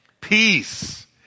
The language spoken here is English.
Peace